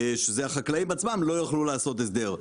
שזה החקלאים עצמם, לא יוכל לעשות הסדר.